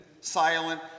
silent